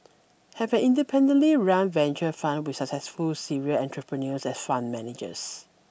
have an independently run venture fund with successful serial entrepreneurs as fund managers